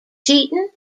cheating